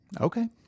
Okay